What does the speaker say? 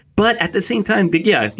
but at the same time. but yeah you